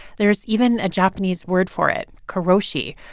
there is even a japanese word for it, karoshi.